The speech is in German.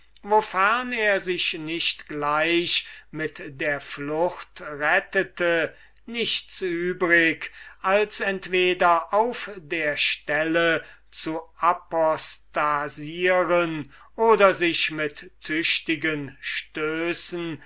wofern er sich nicht gleich mit der flucht rettete nichts übrig als entweder auf der stelle zu apostasieren oder sich mit tüchtigen stößen